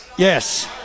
Yes